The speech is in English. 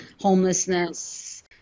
homelessness